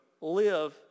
live